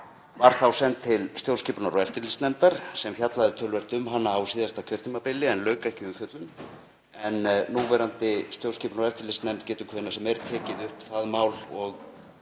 hún þá send til stjórnskipunar- og eftirlitsnefndar sem fjallaði töluvert um hana á síðasta kjörtímabili en lauk ekki umfjöllun. Núverandi stjórnskipunar- og eftirlitsnefnd getur hvenær sem er tekið það mál